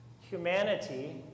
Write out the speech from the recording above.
humanity